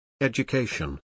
Education